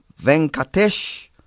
venkatesh